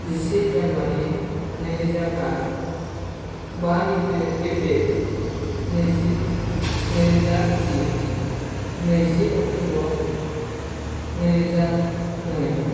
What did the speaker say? जिसे जानुवारि नैरोजा बा बा एप्रिल नैजि नैरोजा जि नैजि अक्टबर नैरोजा नै